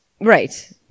Right